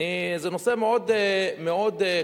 זה נושא מאוד כאוב,